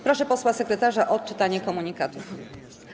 Proszę posła sekretarza o odczytanie komunikatów.